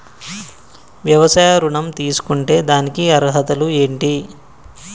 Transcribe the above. వ్యవసాయ ఋణం తీసుకుంటే దానికి అర్హతలు ఏంటి?